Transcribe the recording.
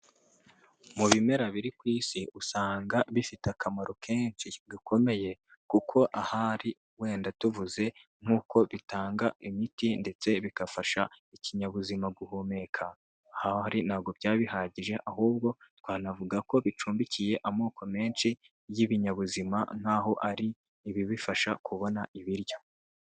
Mu bimera biri ku isi usanga bifite akamaro kenshi gakomeye, kuko ahari wenda tuvuze nk'uko bitanga imiti ndetse bigafasha ikinyabuzima guhumeka, aha ntabwo byariba bihagije ahubwo twanavuga ko bicumbikiye amoko menshi y'ibinyabuzima nk'aho ari ibibifasha kubona ibiryo.